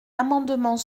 amendement